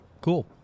cool